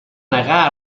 negar